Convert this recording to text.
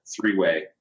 three-way